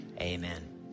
amen